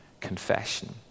confession